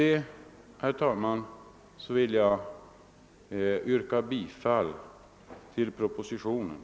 Med det sagda vill jag yrka bifall till utskottets hemställan.